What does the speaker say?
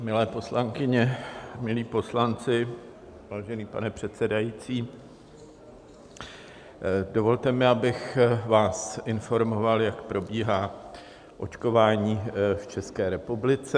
Milé poslankyně, milí poslanci, vážený pane předsedající, dovolte mi, abych vás informoval, jak probíhá očkování v České republice.